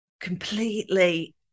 completely